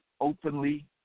openly